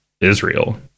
israel